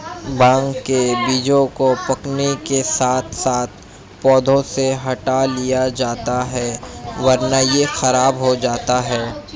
भांग के बीजों को पकने के साथ साथ पौधों से हटा लिया जाता है वरना यह खराब हो जाता है